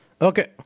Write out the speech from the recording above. okay